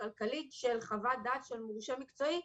הכלכלית של חוות דעת של מורשה מקצועי,